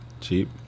cheap